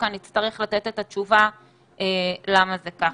כאן יצטרך לתת את התשובה למה זה ככה.